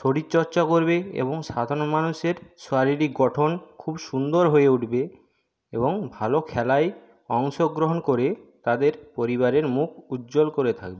শরীরচর্চা করবে এবং সাধারণ মানুষের শারীরিক গঠন খুব সুন্দর হয়ে উঠবে এবং ভালো খেলায় অংশগ্রহণ করে তাদের পরিবারের মুখ উজ্জ্বল করে থাকবে